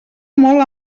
molt